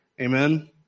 Amen